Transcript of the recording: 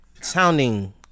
sounding